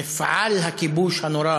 מפעל הכיבוש הנורא